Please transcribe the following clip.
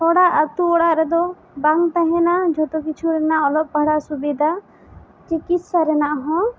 ᱦᱚᱲᱟᱜ ᱟᱛᱳ ᱚᱲᱟᱜ ᱨᱮᱫᱚ ᱵᱟᱝ ᱛᱟᱦᱮᱱᱟ ᱡᱷᱚᱛᱚ ᱠᱤᱪᱷᱩ ᱨᱮᱱᱟᱜ ᱚᱞᱚᱜ ᱯᱟᱲᱦᱟᱜ ᱥᱩᱵᱤᱫᱷᱟ ᱪᱤᱠᱤᱛᱥᱟ ᱨᱮᱱᱟᱜ ᱦᱚᱸ